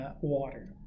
Water